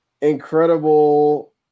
incredible